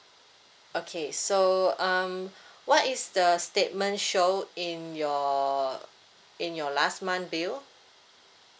okay so um what is the statement show in your in your last month bill